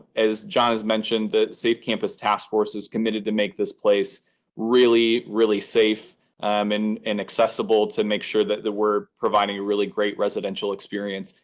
as john has mentioned, the safe campus task force is committed to make this place really, really safe um and and accessible to make sure that we're providing a really great residential experience.